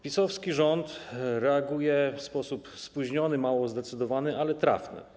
PiS-owski rząd reaguje w sposób spóźniony, mało zdecydowany, ale trafny.